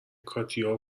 کاتیا